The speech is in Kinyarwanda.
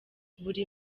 buri